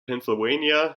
pennsylvania